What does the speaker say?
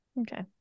Okay